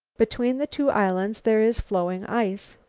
between the two islands there is floeing ice.